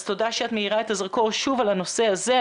אז תודה שאת מאירה את הזרקור שוב על הנושא הזה.